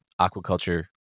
aquaculture